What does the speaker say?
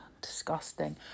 disgusting